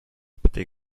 pretty